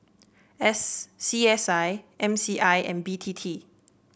S C S I M C I and B T T